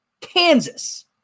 Kansas